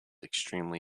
extremely